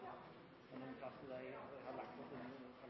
Men den har